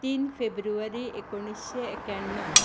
तीन फेब्रुवारी एकूणशें एक्याणव